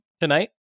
tonight